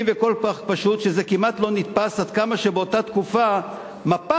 וכל כך פשוט שזה כמעט לא נתפס עד כמה שבאותה תקופה מפא"י,